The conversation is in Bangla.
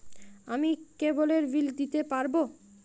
আমি কেবলের বিল দিতে পারবো?